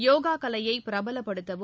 யோகா கலையை பிரபலப்படுத்தவும்